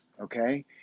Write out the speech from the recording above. Okay